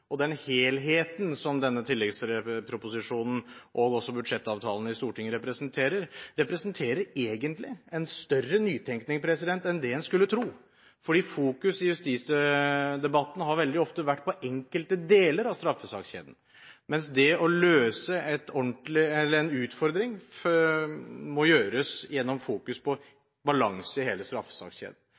Den helheten som denne tilleggsproposisjonen og også budsjettavtalen i Stortinget representerer, representerer egentlig en større nytenkning enn det en skulle tro. For fokus i justisdebatten har veldig ofte vært på enkelte deler av straffesakskjeden, mens det å løse en utfordring må gjøres gjennom fokus på balanse i hele straffesakskjeden.